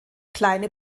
kleine